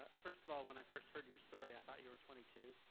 ah first of all, when i first heard your story, i thought you were twenty two,